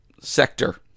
sector